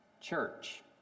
church